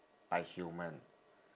by human